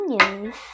Onions